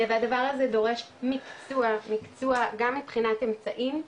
והדבר הזה דורש מקצוע גם מבחינת אמצעים,